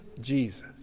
Jesus